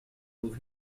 move